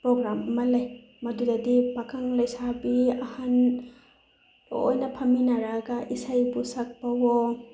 programme ꯑꯃ ꯂꯩ ꯃꯗꯨꯗꯒꯤ ꯄꯥꯈꯪ ꯂꯩꯁꯥꯕꯤ ꯑꯍꯟ ꯂꯣꯏꯅ ꯐꯃꯤꯟꯅꯔꯒ ꯏꯁꯩꯕꯨ ꯁꯛꯄꯋꯣ